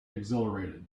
exhilarated